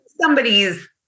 somebody's